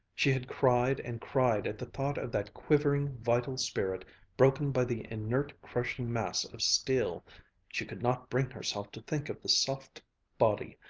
she had cried and cried at the thought of that quivering, vital spirit broken by the inert crushing mass of steel she could not bring herself to think of the soft body,